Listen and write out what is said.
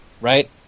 right